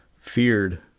feared